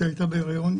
שהייתה בהיריון,